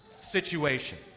situation